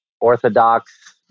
orthodox